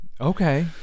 okay